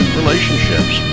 relationships